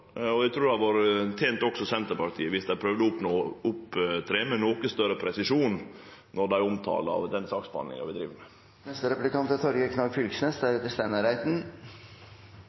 og eg trur det hadde tent også Senterpartiet dersom dei hadde prøvd å opptre med noko større presisjon når dei omtalar den saksbehandlinga vi driv med. Vedtak er